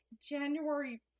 January